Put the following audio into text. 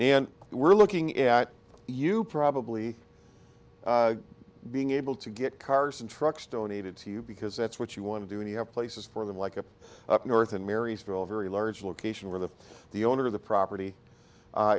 and we're looking at you probably being able to get cars and trucks donated to you because that's what you want to do and you have places for them like it up north in marysville a very large location where the the owner of the property